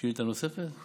יש שאילתה נוספת?